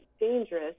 dangerous